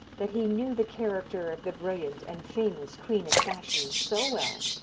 that he knew the character of the brilliant and famous queen of fashion so well,